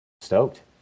stoked